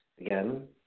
Again